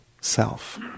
self